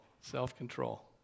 Self-control